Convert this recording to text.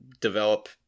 develop